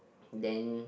then